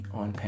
on